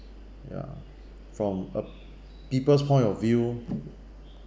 ya from uh people's point of view